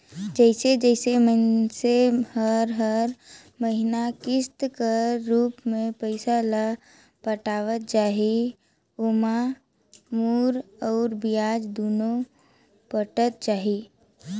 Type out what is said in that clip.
जइसे जइसे मइनसे हर हर महिना किस्त कर रूप में पइसा ल पटावत जाही ओाम मूर अउ बियाज दुनो पटत जाही